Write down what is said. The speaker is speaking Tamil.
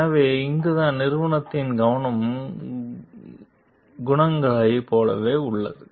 எனவே இங்குதான் நிறுவனத்தின் கவனம் குணங்களைப் போலவே உள்ளது